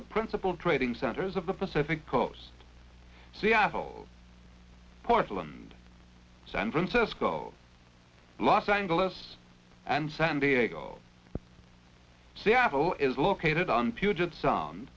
the principal trading centers of the pacific coast seattle portland san francisco los angeles and san diego seattle is located on puget sound